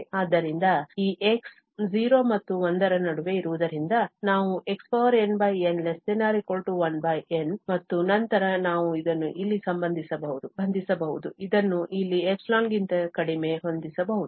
ಆದ್ದರಿಂದ ಈ x 0 ಮತ್ತು 1 ರ ನಡುವೆ ಇರುವುದರಿಂದ ನಾವು xnn1n ಮತ್ತು ನಂತರ ನಾವು ಇದನ್ನು ಇಲ್ಲಿ ಬಂಧಿಸಬಹುದು ಇದನ್ನು ಇಲ್ಲಿ ϵ ಗಿಂತ ಕಡಿಮೆ ಹೊಂದಿಸಬಹುದು